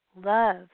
Love